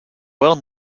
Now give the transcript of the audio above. well